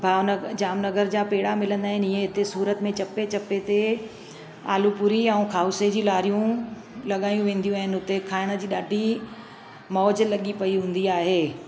भावनगर जामनगर जा पेड़ा मिलंदा आहिनि इअं इते सूरत में चपे चपे ते आलू पूरी ऐं खाउसी जी लारियूं लॻाइयूं वेंदियूं आइन उते खाइण जी ॾाढी मौज लॻी पई हूंदी आहे